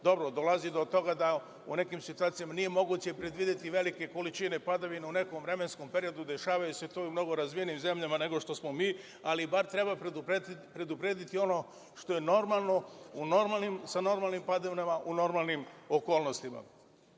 Dobro, dolazi do toga da u nekim situacijama nije moguće predvideti velike količine padavina u nekom vremenskom periodu. Dešava se to i u mnogo razvijenijim zemljama nego što smo mi, ali bar treba preduprediti ono što je normalno, sa normalnim padavinama, u normalnim okolnostima. Samo